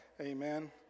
Amen